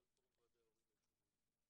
מנכ"ל פורום ועדי ההורים היישובים.